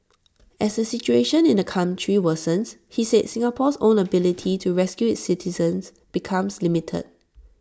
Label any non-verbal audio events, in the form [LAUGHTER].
as the situation in the country worsens he said Singapore's own [NOISE] ability to rescue its citizens becomes limited